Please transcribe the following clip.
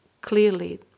clearly